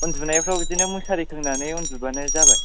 उन्दुनायफ्राव बिदिनो मुसारिफोर खोंनानै उन्दुब्लानो जाबाय